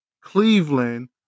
Cleveland